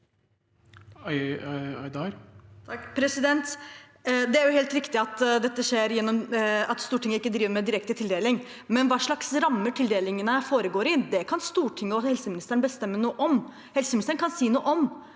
Det er helt riktig at Stortinget ikke driver med direkte tildeling, men hva slags ramme tildelingene foregår i, kan Stortinget og helseministeren bestemme noe om. Helseministeren kan si noe om